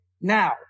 Now